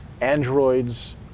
Android's